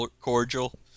Cordial